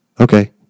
okay